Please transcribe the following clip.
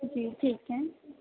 جی ٹھیک ہے